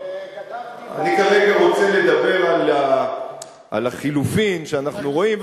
כתבתי ב אני כרגע רוצה לדבר על החילופין שאנחנו רואים,